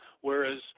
whereas